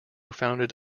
founded